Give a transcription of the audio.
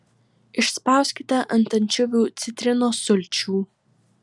išspauskite ant ančiuvių citrinos sulčių